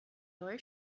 neue